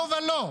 לא ולא.